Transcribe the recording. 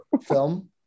film